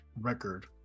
record